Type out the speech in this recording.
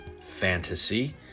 Fantasy